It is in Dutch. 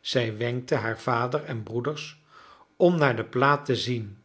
zij wenkte haar vader en broeders om naar de plaat te zien